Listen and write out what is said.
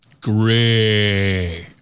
great